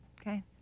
Okay